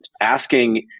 Asking